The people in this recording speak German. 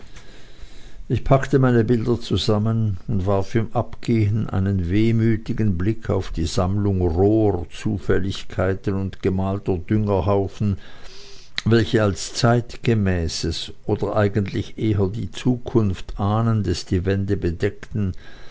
ich packte meine bilder zusammen und warf im abgehen einen wehmütigen blick auf die sammlung roher zufälligkeiten und gemalter düngerhaufen welche als zeitgemäßes oder eigentlich eher die zukunft ahnendes die wände bedeckten